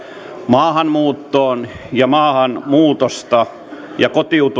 maahanmuuttoon ja maahanmuutosta ja